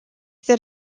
that